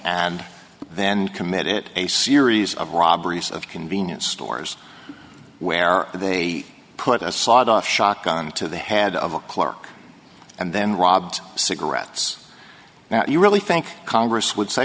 and then commit it a series of robberies of convenience stores where they put a sawed off shotgun to the head of a clerk and then robbed cigarettes now do you really think congress would say